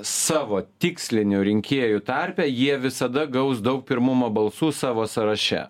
savo tikslinių rinkėjų tarpe jie visada gaus daug pirmumo balsų savo sąraše